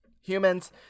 humans